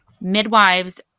midwives